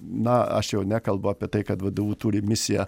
na aš jau nekalbu apie tai kad vdu turi misiją